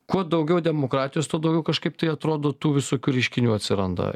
kuo daugiau demokratijos tuo daugiau kažkaip tai atrodo tų visokių reiškinių atsiranda